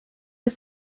was